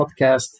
podcast